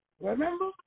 Remember